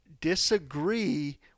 disagree